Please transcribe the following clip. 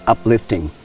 uplifting